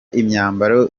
imyambaro